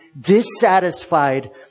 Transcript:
dissatisfied